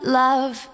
love